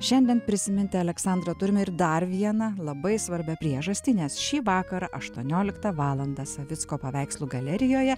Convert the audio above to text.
šiandien prisiminti aleksandrą turime ir dar vieną labai svarbią priežastį nes šį vakarą aštuonioliktą valandą savicko paveikslų galerijoje